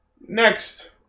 Next